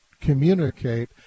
communicate